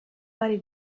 varie